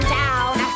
down